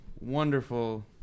wonderful